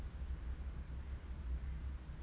I I will 我会很天真认为他们很好